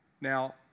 Now